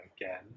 again